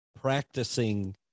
practicing